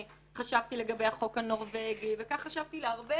לגבי החוק הנורבגי וכך חשבתי לגבי הרבה